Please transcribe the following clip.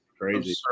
crazy